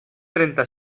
trenta